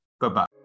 Bye-bye